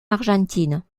argentine